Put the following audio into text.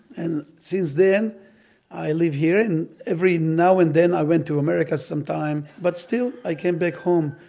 and since then i live here and every now and then i went to america sometime, but still i came back home.